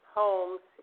homes